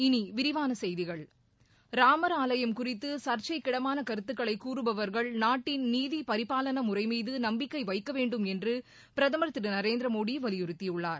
இனி விரிவான செய்திகள் ராமர் ஆலயம் குறித்து சர்ச்சைக்கிடமான கருத்துக்களை கூறுபவர்கள் நாட்டின் நீதிபரிபாலன முறை மீது நம்பிக்கை வைக்க வேண்டும் என்று பிரதமர் திரு நரேந்திரமோடி வலியுறுத்தியுள்ளார்